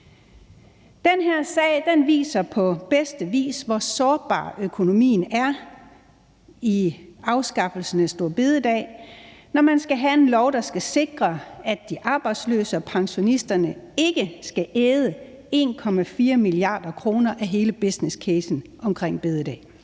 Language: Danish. Den her sag viser på bedste vis, hvor sårbar økonomien er ved afskaffelsen af store bededag, når man skal have en lov, der skal sikre, at de arbejdsløse og pensionisterne ikke skal æde 1,4 mia. kr. af hele businesscasen omkring store bededag.